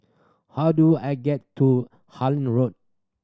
how do I get to Harlyn Road